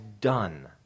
done